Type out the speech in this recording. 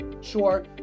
Sure